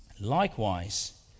likewise